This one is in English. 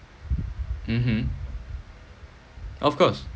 mmhmm of course